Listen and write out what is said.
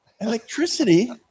Electricity